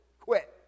Quit